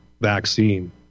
vaccine